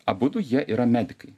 abudu jie yra medikai